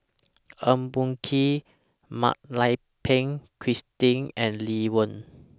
Eng Boh Kee Mak Lai Peng Christine and Lee Wen